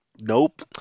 nope